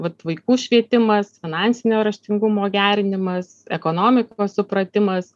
vat vaikų švietimas finansinio raštingumo gerinimas ekonomikos supratimas